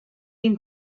been